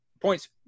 points